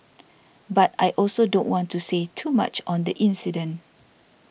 but I also don't want to say too much on the incident